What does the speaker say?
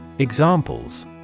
Examples